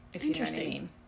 Interesting